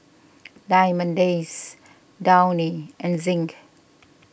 Diamond Days Downy and Zinc